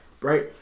Right